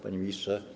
Panie Ministrze!